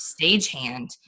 stagehand